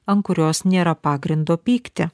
ant kurios nėra pagrindo pykti